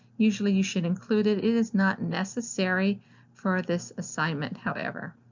usually you should include it. it is not necessary for this assignment, however.